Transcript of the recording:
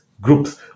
groups